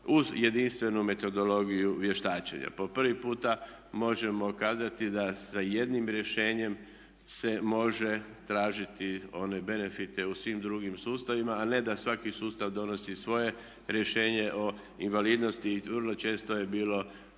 uz jedinstvenu metodologiju vještačenja. Po prvi puta možemo kazati da sa jednim rješenjem se može tražiti one benefite u svim drugim sustavima, a ne da svaki sustav donosi svoje rješenje o invalidnosti i vrlo često je bilo